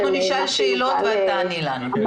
אנחנו נשאל שאלות ואת תעני לנו.